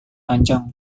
panjang